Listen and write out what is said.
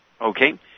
Okay